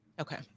Okay